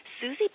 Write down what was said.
Susie